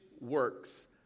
works